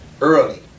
Early